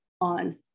on